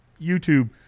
YouTube